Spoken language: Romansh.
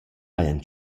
hajan